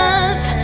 up